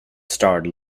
starred